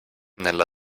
nella